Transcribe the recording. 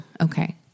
Okay